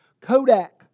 Kodak